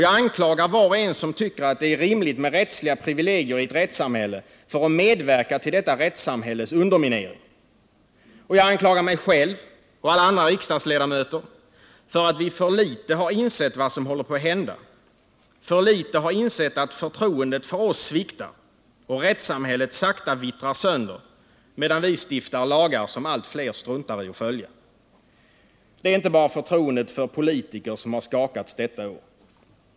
Jag anklagar var och en som tycker det är rimligt med rättsliga privilegier i ett rättssamhälle för att medverka till detta rättssamhälles underminering. Jag anklagar mig själv och alla andra riksdagsledamöter för att vi för litet har insett vad som håller på att hända, för litet har insett att förtroendet för oss sviktar och rättssamhället sakta vittrar sönder, medan vi stiftar lagar som allt fler struntar i att följa. Det är inte bara förtroendet för politiker som har skakats detta år.